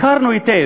הכרנו היטב.